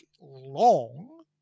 long